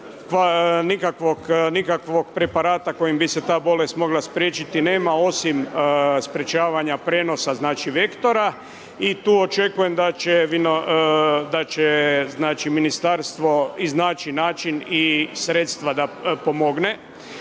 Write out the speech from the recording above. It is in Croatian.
Nikakvog preparata kojim bi se ta bolest mogla spriječiti nema, osim sprječavanja prenosa vektora i tu očekujem da će ministarstvo iznaći način i sredstva da pomogne.